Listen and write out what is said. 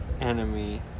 enemy